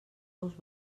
ous